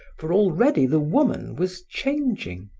for already the woman was changing.